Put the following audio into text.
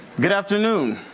good afternoon.